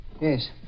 Yes